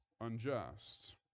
unjust